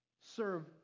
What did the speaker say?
Serve